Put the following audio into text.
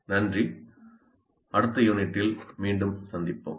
நன்றி அடுத்த யூனிட்டில் மீண்டும் சந்திப்போம்